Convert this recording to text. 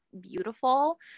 beautiful